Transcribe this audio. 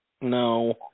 No